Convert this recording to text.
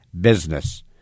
business